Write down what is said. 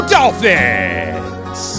Dolphins